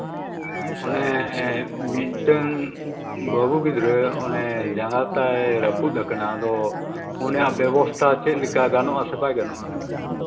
ᱚᱱᱮ ᱢᱤᱫᱴᱟᱝ ᱵᱟᱹᱵᱩ ᱜᱤᱫᱽᱨᱟᱹ ᱚᱱᱮ ᱡᱟᱸᱜᱟ ᱛᱟᱭ ᱨᱟᱹᱯᱩᱫ ᱠᱟᱱᱟ ᱟᱫᱚ ᱚᱱᱟ ᱵᱮᱵᱚᱥᱛᱷᱟ ᱪᱮᱫ ᱞᱮᱠᱟ ᱜᱟᱱᱚᱜ ᱟᱥᱮ ᱵᱟᱭ ᱜᱟᱱᱚᱜᱼᱟ